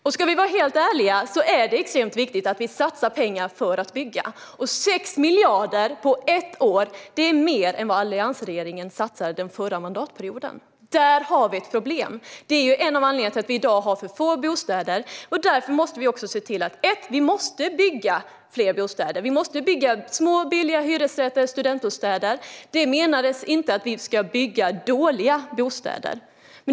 Ärligt talat är det extremt viktigt att vi satsar pengar på att bygga, och 6 miljarder på ett år är mer än vad alliansregeringen satsade under hela förra mandatperioden. Här har vi ett problem och en av anledningarna till att vi i dag har för få bostäder. Vi måste därför bygga fler bostäder. Vi måste bygga små billiga hyresrätter och studentbostäder. Men det betyder inte att vi ska bygga dåliga bostäder.